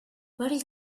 very